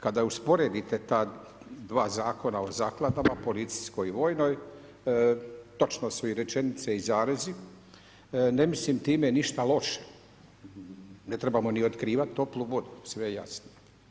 Kada usporedite ta dva zakona o zakladama, policijskoj i vojnoj, točno su im rečenice i zarezi, ne mislim time ništa loše, ne trebamo ni otkrivati toplu vodu, sve je jasno.